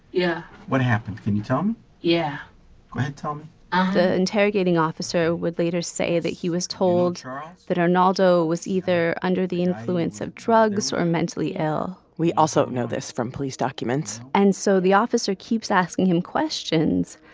yeah what happened? can you tell um yeah me? um the interrogating officer would later say that he was told that arnaldo was either under the influence of drugs or mentally ill we also know this from police documents and so the officer keeps asking him questions.